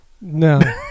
No